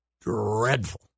dreadful